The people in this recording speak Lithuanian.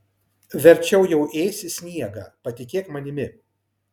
verčiau jau ėsi sniegą patikėk manimi